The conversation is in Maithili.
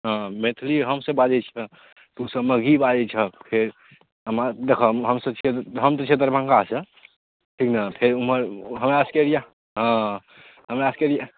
हँ मैथिली हमसब बाजै छिए तू सब मगही बाजै छऽ फेर एमहर देखऽ हमसब छिए हम तऽ छिए दरभङ्गासँ ठीक ने फेर ओमहर हमरासबके एरिआ हँ हमरासबके एरिआ